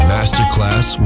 Masterclass